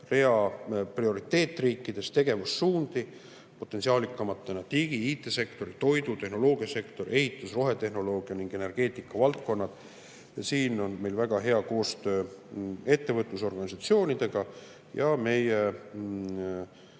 prioriteetriikides, potentsiaalikamatena digi‑ ja IT‑sektori, toidu‑ ja tehnoloogiasektori, ehituse, rohetehnoloogia ning energeetika valdkonnas. Ja siin on meil väga hea koostöö ettevõtlusorganisatsioonidega ja meie